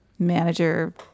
Manager